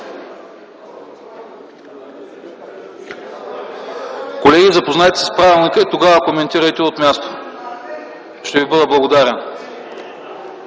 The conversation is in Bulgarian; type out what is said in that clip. Колеги, запознайте се с Правилника и тогава коментирайте от място. Ще ви бъда благодарен.